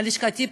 לשכתי פנויה,